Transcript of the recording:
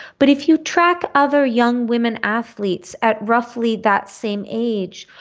but if you track other young women athletes at roughly that same age,